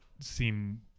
Seem